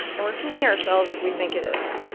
and we're fooling ourselves if we think it is.